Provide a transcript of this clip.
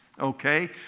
okay